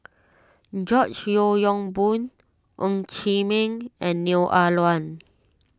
George Yeo Yong Boon Ng Chee Meng and Neo Ah Luan